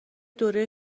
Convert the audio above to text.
دوره